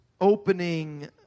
opening